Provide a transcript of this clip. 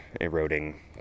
eroding